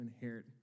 inherit